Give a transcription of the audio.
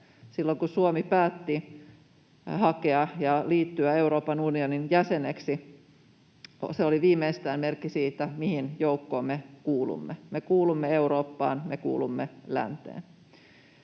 länttä. Kun Suomi päätti hakea ja liittyä Euroopan unionin jäseneksi, se oli viimeistään merkki siitä, mihin joukkoon me kuulumme: me kuulumme Eurooppaan, me kuulumme länteen.